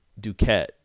Duquette